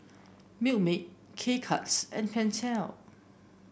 Milkmaid K Cuts and Pentel